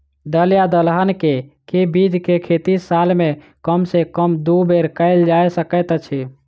दल या दलहन केँ के बीज केँ खेती साल मे कम सँ कम दु बेर कैल जाय सकैत अछि?